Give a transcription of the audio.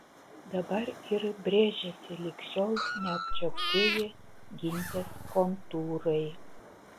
dabar ir brėžiasi lig šiol neapčiuoptieji gintės kontūrai